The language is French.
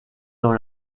dans